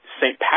St